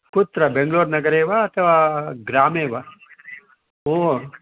कुत्र बेङ्ग्ळूरुनगरे वा अथवा ग्रामे वा ओ